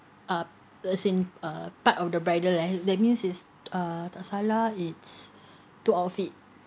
uh as in uh part of the bridal right that means is uh tak salah it's two outfit